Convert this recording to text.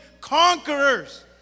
conquerors